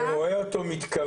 ברגע שהוא רואה אותו מתקרב.